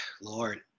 Lord